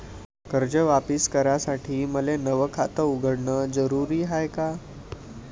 कर्ज वापिस करासाठी मले नव खात उघडन जरुरी हाय का?